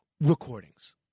recordings